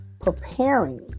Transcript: preparing